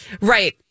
Right